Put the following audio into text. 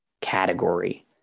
category